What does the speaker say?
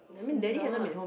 it's not